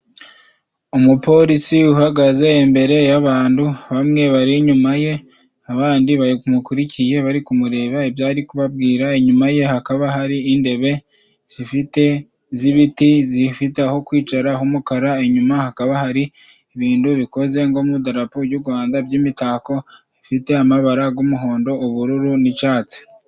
Umupolisi uhagaze imbere y'abantu, bamwe bari inyuma ye abandi bamukurikiye bari kumureba ibyo ari kubabwira, inyuma ye hakaba hari indebe zifite z'ibiti zifite aho kwicara h'umukara, inyuma hakaba hari ibintu bikoze nko mu darapo jy'u Rwanda by'imitako ifite amabara y'umuhondo ubururu n'icatsi.